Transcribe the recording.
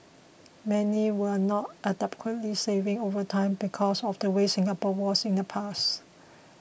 many were not adequately saving over time because of the way Singapore was in the past